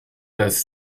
dass